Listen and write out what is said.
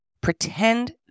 pretend